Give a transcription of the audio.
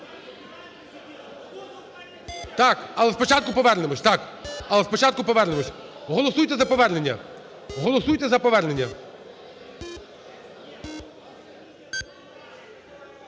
Так, але спочатку повернемось. Голосуйте за повернення,